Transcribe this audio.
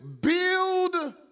build